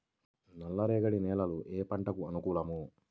నల్ల రేగడి నేలలు ఏ పంటకు అనుకూలం?